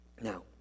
Now